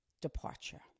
departure